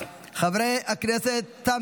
שבעה בעד, אין